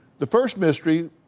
the first mystery,